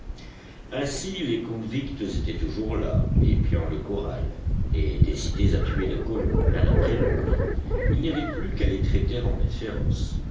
ainsi les convicts étaient toujours là épiant le corral et décidés à tuer les colons l'un après l'autre il n'y avait plus qu'à les traiter en bêtes féroces